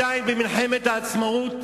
אדוני היושב-ראש,